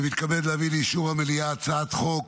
אני מתכבד להביא לאישור המליאה הצעת חוק